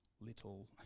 little